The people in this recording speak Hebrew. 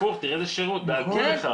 הפוך, תראה איזה שירות, דאגו לך.